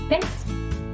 Thanks